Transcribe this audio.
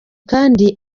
kandi